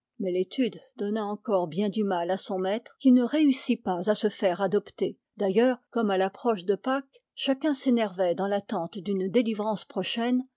mais l'étude donna encore bien du mal à son maître qui ne réussit pas à se faire adopter d'ailleurs comme à l'approche de pâques chacun s'énervait dans l'attente d'une délivrance prochaine